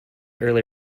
early